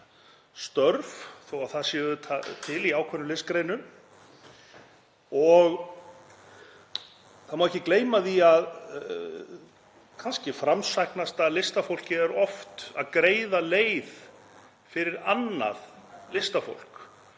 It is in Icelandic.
störf, þó að það sé auðvitað til í ákveðnum listgreinum, og það má ekki gleyma því að kannski er framsæknasta listafólkið oft að greiða leið fyrir annað listafólk.